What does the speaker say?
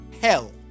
hell